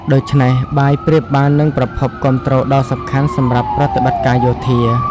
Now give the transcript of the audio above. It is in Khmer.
ដូច្នេះ បាយប្រៀបបាននឹងប្រភពគាំទ្រដ៏សំខាន់សម្រាប់ប្រតិបត្តិការយោធា។